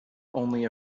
only